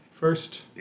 First